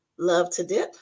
LoveToDip